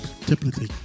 typically